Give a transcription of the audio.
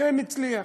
אכן הצליח.